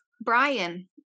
brian